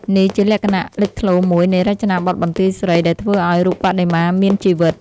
នេះជាលក្ខណៈលេចធ្លោមួយនៃរចនាបថបន្ទាយស្រី ដែលធ្វើឱ្យរូបបដិមាមានជីវិត។